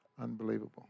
unbelievable